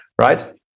right